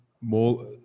more